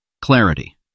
clarity